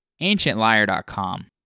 ancientliar.com